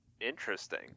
Interesting